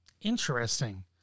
Interesting